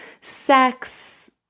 sex